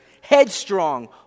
headstrong